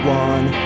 one